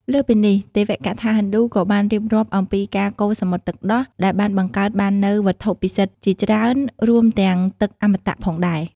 លើសពីនេះ ទេវកថាហិណ្ឌូក៏បានរៀបរាប់អំពីការកូរសមុទ្រទឹកដោះដែលបានបង្កើតបាននូវវត្ថុពិសិដ្ឋជាច្រើន រួមទាំងទឹកអមតៈផងដែរ។